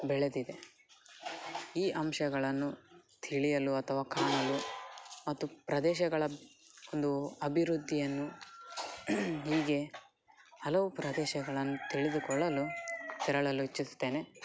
ಬೆಳೆದಿದೆ ಈ ಅಂಶಗಳನ್ನು ತಿಳಿಯಲು ಅಥವಾ ಕಾಣಲು ಮತ್ತು ಪ್ರದೇಶಗಳ ಒಂದು ಅಭಿವೃದ್ಧಿಯನ್ನು ಹೀಗೆ ಹಲವು ಪ್ರದೇಶಗಳನ್ನು ತಿಳಿದುಕೊಳ್ಳಲು ತೆರಳಲು ಇಚ್ಚಿಸುತ್ತೇನೆ